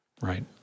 Right